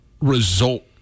result